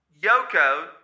Yoko